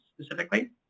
specifically